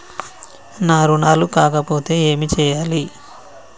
నా రుణాలు కాకపోతే ఏమి చేయాలి?